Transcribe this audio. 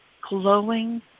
glowing